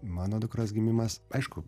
mano dukros gimimas aišku